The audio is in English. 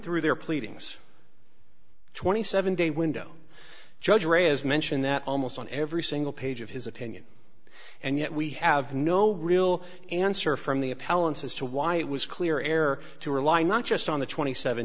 through their pleadings twenty seven day window judge ray is mentioned that almost on every single page of his opinion and yet we have no real answer from the appellant's as to why it was clear air to rely not just on the twenty seven